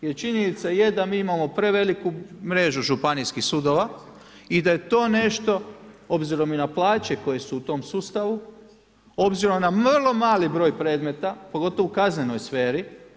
Jer činjenica je da mi imamo preveliku mrežu županijskih sudova i da je to nešto, obzirom i na plaće koje su u tom sustavu, obzirom na vrlo mali broj premeta, pogotovo u kaznenoj sferi.